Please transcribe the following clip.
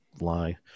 lie